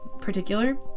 particular